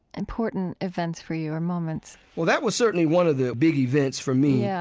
important events for you, or moments well, that was certainly one of the big events for me. yeah